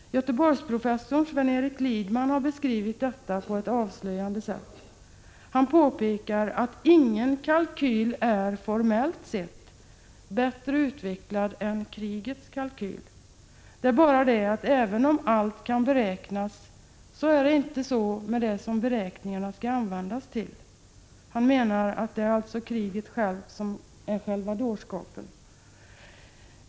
Göteborgsprofessorn Sven-Eric Liedman har beskrivit detta på ett avslöjande sätt. Han påpekar att ingen kalkyl formellt sett är bättre utvecklad än krigets kalkyl. Han säger: Även om allt kan beräknas, är det inte så med allt det som beräkningarna skall användas till. Han menar alltså att det är kriget som är själva dårskapen.